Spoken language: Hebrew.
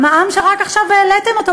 המע"מ שרק עכשיו העליתם אותו,